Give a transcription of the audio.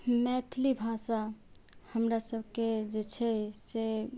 मैथिली भाषा हमरा सबके जे छै से